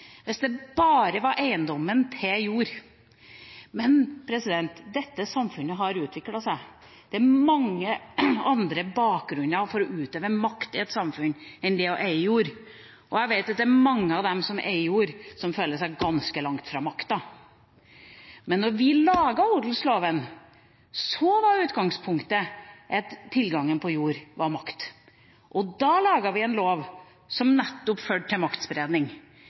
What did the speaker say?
hvis det bare var det å eie jord. Men dette samfunnet har utviklet seg, det er mange andre bakgrunner for å utøve makt i et samfunn enn det å eie jord. Jeg vet at det er mange av dem som eier jord, som føler seg ganske langt fra makta. Men da man laget odelsloven, var utgangspunktet at tilgangen på jord var makt. Da laget man en lov som nettopp førte til